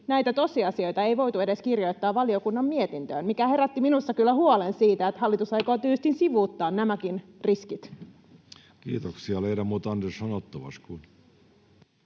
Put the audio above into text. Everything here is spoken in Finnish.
näitä tosiasioita ei voitu edes kirjoittaa valiokunnan mietintöön, mikä herätti minussa kyllä huolen siitä, että hallitus aikoo tyystin sivuuttaa nämäkin riskit. [Speech 81] Speaker: